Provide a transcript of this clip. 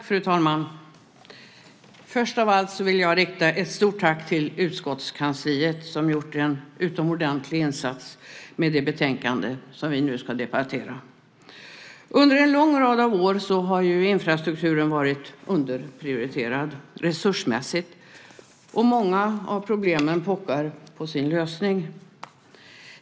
Fru talman! Först av allt vill jag rikta ett stort tack till utskottskansliet som har gjort en utomordentlig insats med det betänkande som vi nu ska debattera. Under en lång rad år har infrastrukturen varit underprioriterad resursmässigt. Många av problemen pockar på en lösning.